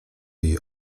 jej